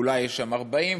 אולי יש שם 40,